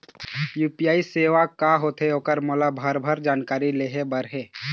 UPI सेवा का होथे ओकर मोला भरभर जानकारी लेहे बर हे?